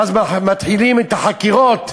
ואז מתחילים את החקירות,